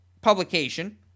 publication